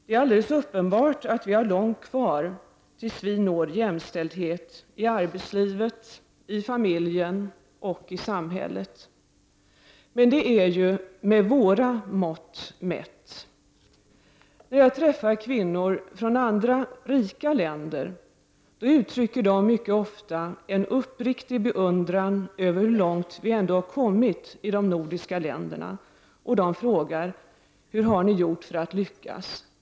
Det är alldeles uppenbart att vi har långt kvar till dess vi når jämställdhet i arbetslivet, i familjen och i samhället. Men det är med våra mått mätt. När jag träffar kvinnor från andra rika länder uttrycker de mycket ofta en uppriktig beundran över hur långt vi ändå kommit i de nordiska länderna och de frågar: Hur har ni gjort för att lyckats?